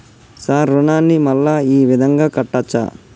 Sir రుణాన్ని మళ్ళా ఈ విధంగా కట్టచ్చా?